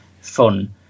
fun